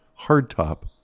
hardtop